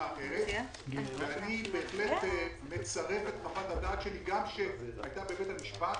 אני מצרף את חוות הדעת שלי שהייתה בבית המשפט